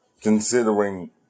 Considering